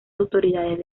autoridades